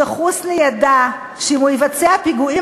שחוסני ידע שאם הוא יבצע פיגועים